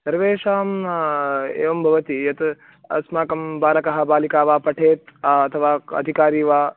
सर्वेषां एवं भवति यत् अस्माकं बालकः बालिका वा पठेत् अथवा अधिकारी वा